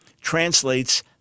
translates